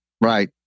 Right